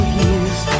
years